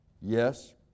Yes